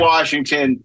Washington